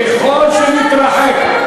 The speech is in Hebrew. ככל שנתרחק,